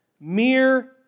Mere